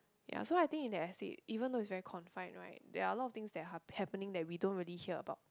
ya so I think in the estate even though it's very confined right there are a lot of things that are hap~ happening that we don't really hear about